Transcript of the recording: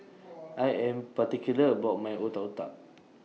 I Am particular about My Otak Otak